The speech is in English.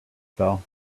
fell